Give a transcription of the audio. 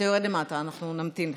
אתה יורד למטה, אנחנו נמתין לך.